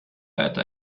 äta